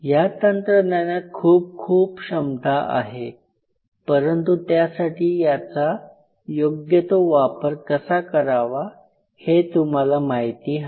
या तंत्रज्ञानात खूप खूप क्षमता आहे परंतु त्यासाठी त्याचा योग्य तो वापर कसा करावा हे तुम्हाला माहिती हवे